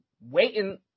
waiting